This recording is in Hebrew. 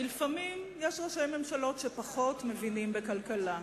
כי לפעמים יש ראשי ממשלה שפחות מבינים בכלכלה,